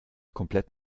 komplett